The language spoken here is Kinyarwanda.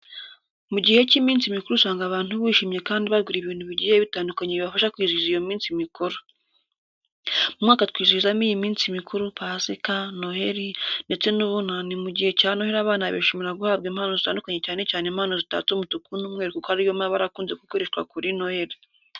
Mu gihe cy'iminsi mikuru usanga abantu bishimye kandi bagura ibintu bigiye bitandukanye bibafasha kwizihiza iyo minsi mikuru. Mu mwaka twizihizamo iyi minsi mikuru, pasika, noheri ndetse n'ubunani, mugihe cya noheri abana bishimira guhabwa impano zitandukanye cyane cyane impano zitatse umutuku n'umweru kuko ari yo mabara akunze gukoreshwa kuri noheri.